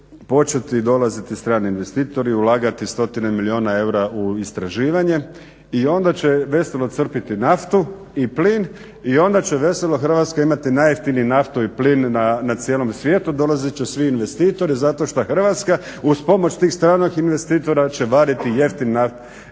početi dolaziti strani investitori, ulagati stotine milijuna eura u istraživanje i onda će veselo crpiti naftu i plin i onda će veselo Hrvatska imati najjeftiniju naftu i plin na cijelom svijetu, dolazit će svi investitori zato što Hrvatska uz pomoć tih stranih investitora će vaditi jeftin plin